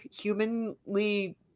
humanly